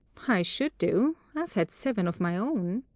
i should do. i've had seven of my own.